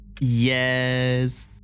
Yes